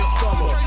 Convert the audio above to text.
summer